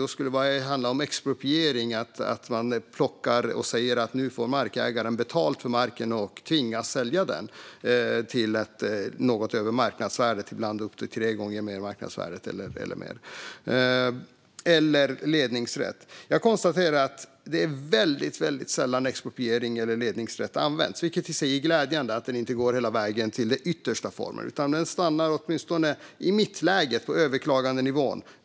Då skulle det handla om expropriering - markägaren får betalt för marken och tvingas att sälja den till ett pris något över marknadsvärdet, ibland upp till tre gånger marknadsvärdet eller mer. Det kan också handla om ledningsrätt. Jag konstaterar att det är väldigt sällan som expropriering eller ledningsrätt används. Det är i sig glädjande att det inte går hela vägen till den yttersta formen, utan det stannar åtminstone i mittläget, på överklagandenivån.